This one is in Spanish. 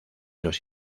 los